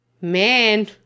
man